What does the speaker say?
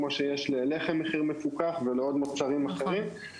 כמו שיש ללחם ולמוצרים נוספים מחיר מפוקח,